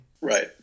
Right